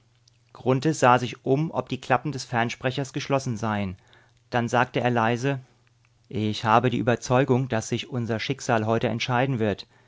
sah sich um ob die klappen des fernsprechers geschlossen seien dann sagte er leise ich habe die überzeugung daß sich unser schicksal heute entscheiden wird